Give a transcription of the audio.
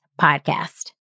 podcast